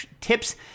tips